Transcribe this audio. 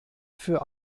für